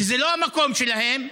שזה לא המקום שלהם,